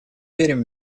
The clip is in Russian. верим